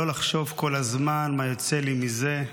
// לא לחשוב כל הזמן / מה יוצא לי מזה,